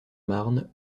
marne